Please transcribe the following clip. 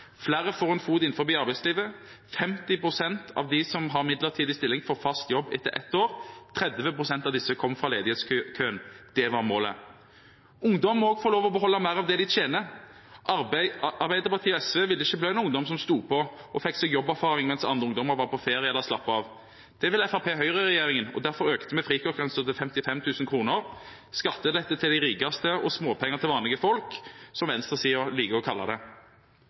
Flere får en fot innenfor arbeidslivet. 50 pst. av dem som har midlertidig stilling, får fast jobb etter ett år. 30 pst. av disse kom fra ledighetskøen. Det var målet. Ungdom må også få lov til å beholde mer av det de tjener. Arbeiderpartiet og SV ville ikke belønne ungdom som sto på og fikk jobberfaring mens andre ungdommer var på ferie eller slappet av. Det vil Høyre–Fremskrittsparti-regjeringen, og derfor økte vi frikortgrensen til 55 000 kr – skattelette til de rikeste og småpenger til vanlige folk, som venstresiden liker å kalle det.